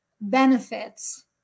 benefits